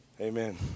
amen